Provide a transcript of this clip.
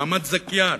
מעמד זכיין